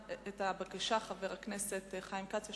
חבר הכנסת חיים כץ.